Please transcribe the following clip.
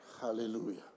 hallelujah